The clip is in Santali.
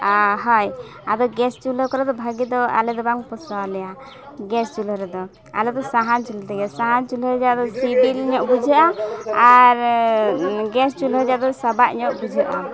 ᱟ ᱦᱳᱭ ᱟᱫᱚ ᱜᱮᱥ ᱪᱩᱞᱦᱟᱹ ᱠᱚᱨᱮ ᱫᱚ ᱵᱷᱟᱹᱜᱤ ᱫᱚ ᱟᱞᱮ ᱫᱚ ᱵᱟᱝ ᱯᱳᱥᱟᱣ ᱟᱞᱮᱭᱟ ᱜᱮᱥ ᱪᱩᱞᱦᱟᱹ ᱨᱮᱫᱚ ᱟᱞᱮ ᱫᱚ ᱥᱟᱦᱟᱱ ᱪᱩᱞᱦᱟᱹ ᱛᱮᱜᱮ ᱥᱟᱦᱟᱱ ᱪᱩᱞᱦᱟᱹ ᱨᱮᱭᱟᱜ ᱥᱤᱵᱤᱞ ᱧᱚᱜ ᱵᱩᱡᱷᱟᱹᱜᱼᱟ ᱟᱨ ᱜᱮᱥ ᱪᱩᱞᱦᱟᱹ ᱨᱮᱭᱟᱜ ᱫᱚ ᱥᱟᱵᱟᱜ ᱧᱚᱜ ᱵᱩᱡᱷᱟᱹᱜᱼᱟ